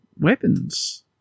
weapons